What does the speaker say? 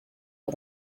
are